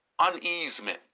uneasement